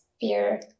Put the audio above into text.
fear